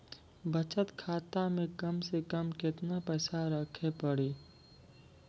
बचत खाता मे कम से कम केतना पैसा रखे पड़ी?